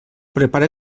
prepara